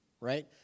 right